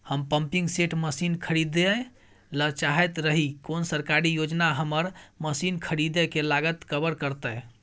हम pumping set machine खरीदैय ल चाहैत रही कोन सरकारी योजना हमर मसीन खरीदय के लागत कवर करतय?